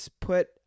Put